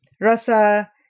rasa